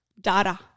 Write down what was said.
data